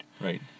Right